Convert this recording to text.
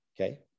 okay